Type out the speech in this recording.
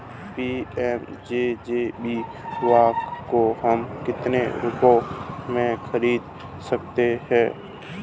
PMJJBY को हम कितने रुपयों में खरीद सकते हैं?